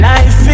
Life